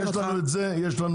יש לנו